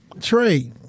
Trey